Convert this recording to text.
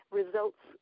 results